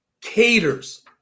caters